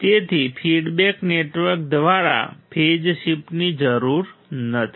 તેથી feedback network દ્વારા phase શિફ્ટની જરૂર નથી